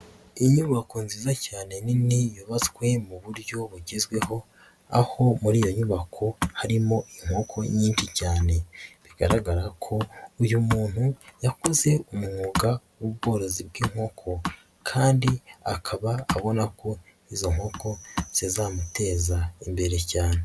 Inyubako nziza cyane nini yubatswe mu buryo bugezweho, aho muri iyo nyubako harimo inkoko nyinshi cyane, bigaragara ko uyu muntu yakoze umwuga w'ubworozi bw'inkoko kandi akaba abona ko izo nkoko zizamuteza imbere cyane.